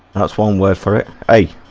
as one word for it eight